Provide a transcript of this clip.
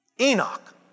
Enoch